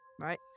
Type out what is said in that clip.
Right